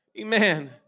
Amen